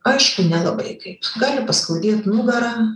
aišku nelabai kaip gali paskaudėt nugarą